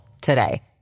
today